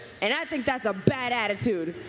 and i think that's a bad attitude.